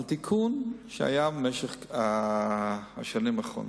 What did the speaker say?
על תיקון של מה שהיה במשך השנים האחרונות: